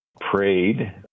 prayed